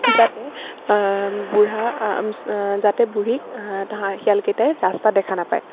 যাতে বুঢ়া যাতে বুঢ়ীক শিয়ালকেইটাই ৰাস্তাত দেখা নাপায়